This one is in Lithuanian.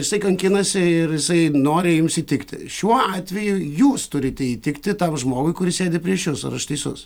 jisai kankinasi ir jisai nori jums įtikti šiuo atveju jūs turite įtikti tam žmogui kuris sėdi prieš jus ar aš teisus